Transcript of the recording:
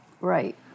Right